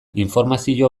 informazio